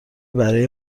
برای